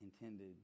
intended